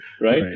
right